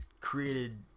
created